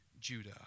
Judah